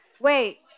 Wait